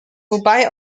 wobei